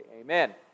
Amen